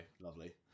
Lovely